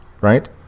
right